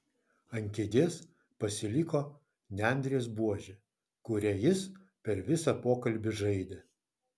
ant kėdės pasiliko nendrės buožė kuria jis per visą pokalbį žaidė